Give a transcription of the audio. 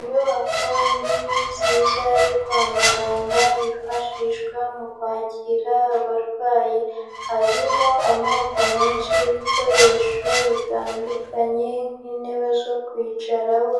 Inyubako nini, nziza, yo kwa muganga yifashishwa mu kwakira abarwayi, harimo amoko menshi y'ibikoresho bitandukanye nk'intebe zo kwicaraho